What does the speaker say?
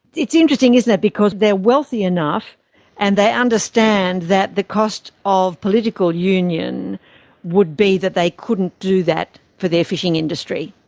it's interesting, isn't it, because they are wealthy enough and they understand that the cost of political union would be that they couldn't do that for their fishing industry.